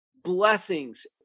blessings